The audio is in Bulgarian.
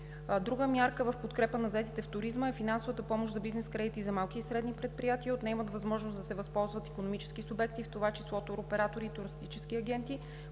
Друга мярка в подкрепа на заетите в туризма е финансовата помощ с бизнес кредити за малките и средни предприятия. От нея имат възможност да се възползват икономически субекти, в това число туроператори и туристически агенти.